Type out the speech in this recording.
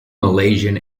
malaysian